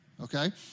okay